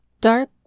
dark